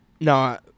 No